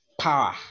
power